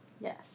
Yes